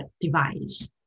device